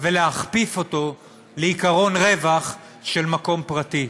ולהכפיף אותו לעקרון רווח של מקום פרטי.